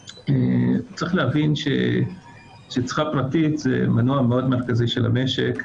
צריך להבין שצריכה פרטית זה מנוע מאוד מרכזי של המשק.